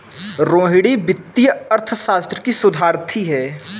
रोहिणी वित्तीय अर्थशास्त्र की शोधार्थी है